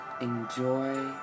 Enjoy